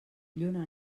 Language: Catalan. lluna